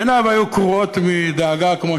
עיניו היו קרועות מדאגה, כמו